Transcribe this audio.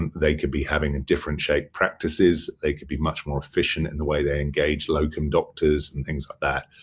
they could be having a different shape practices. they could be much more efficient in the way they engage locum doctors and things like that.